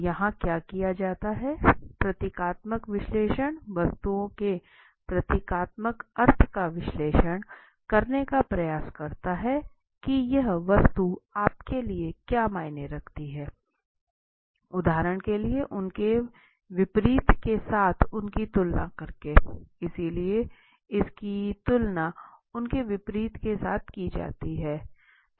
तो यहाँ क्या किया जाता है प्रतीकात्मक विश्लेषण वस्तुओं के प्रतीकात्मक अर्थ का विश्लेषण करने का प्रयास करता है कि यह वस्तु आपके लिए क्या मायने रखती है उदाहरण के लिए उनके विपरीत के साथ उनकी तुलना करके इसलिए इसकी तुलना उनके विपरीत के साथ की जाती है